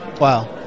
Wow